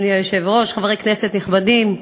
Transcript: אדוני היושב-ראש, חברי כנסת נכבדים,